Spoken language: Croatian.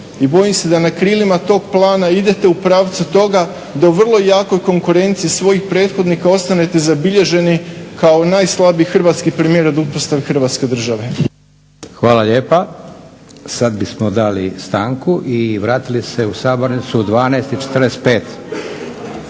I bojim se da na krilima toga plana idete u pravcu toga da u vrlo jakoj konkurenciji svojih prethodnika ostanete zabilježeni kao najslabiji hrvatski premijer od uspostave Hrvatske države. **Leko, Josip (SDP)** Hvala lijepa. Sada bismo dali stanku i vratili se u sabornicu u 12,45.